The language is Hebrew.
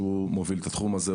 שהוא מוביל את התחום הזה,